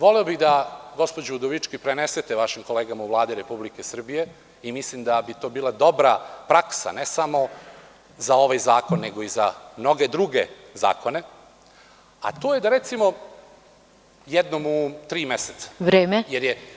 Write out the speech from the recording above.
Voleo bih da, gospođo Udovički, prenesete vašim kolegama u Vladi Republike Srbije i mislim da bi to bila dobra praksa ne samo za ovaj zakon, nego i za mnoge druge zakone, a to je da recimo jednom u tri meseca, jer je…